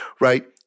right